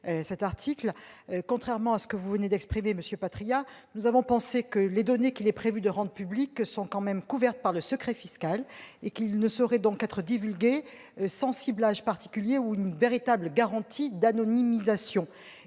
cet article. Contrairement à ce que vous venez de soutenir, monsieur Patriat, nous avons pensé que les données qu'il est prévu ici de rendre publiques sont couvertes par le secret fiscal et qu'elles ne sauraient être divulguées sans ciblage particulier ni véritable garantie d'anonymisation.